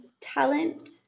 talent